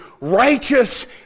righteous